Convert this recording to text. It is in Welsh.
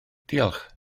diolch